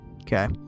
okay